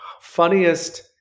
funniest